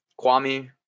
Kwame